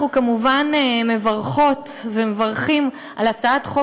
אנחנו כמובן מברכות ומברכים על הצעת חוק